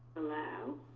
allow.